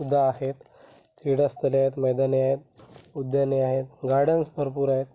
सुद्धा आहेत क्रीडा स्थळे आहेत मैदाने आहेत उद्याने आहेत गार्डन्स भरपूर आहेत